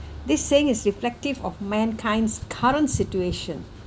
this saying is reflective of mankind's current situation